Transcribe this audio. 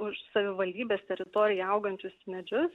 už savivaldybės teritorijoj augančius medžius